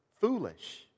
foolish